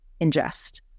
ingest